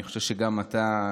אני חושב שגם אתה,